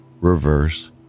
Reverse